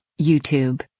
YouTube